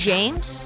James